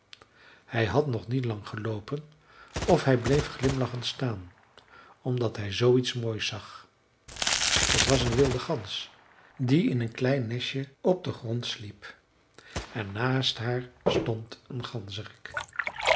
hij had nog niet lang geloopen of hij bleef glimlachend staan omdat hij zooiets moois zag t was een wilde gans die in een klein nestje op den grond sliep en naast haar stond een ganzerik